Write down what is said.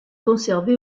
conservé